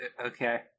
okay